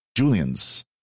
Julian's